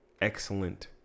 excellent